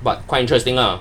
but quite interesting ah